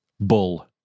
Bull